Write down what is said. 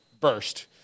burst